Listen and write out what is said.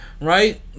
right